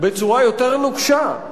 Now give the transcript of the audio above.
בצורה יותר נוקשה,